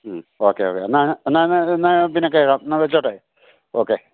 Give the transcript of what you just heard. മ്മ് okay okay എന്നാല് എന്നാല് അങ്ങനെ എന്നാല്പ്പിന്നെ എന്നാല് വച്ചോട്ടെ ഓക്കെ